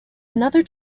another